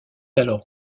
alors